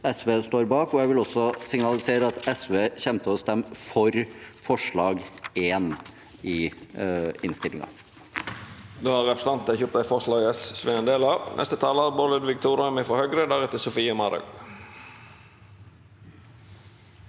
står bak, og jeg vil også signalisere at SV kommer til å stemme for forslag nr. 1 i innstillingen.